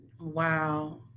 wow